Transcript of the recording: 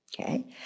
okay